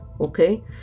okay